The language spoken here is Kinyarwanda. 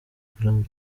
grand